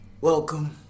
welcome